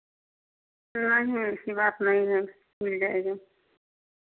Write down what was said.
नहीं ऐसी बात नहीं है मिल जाएगा